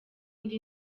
ndi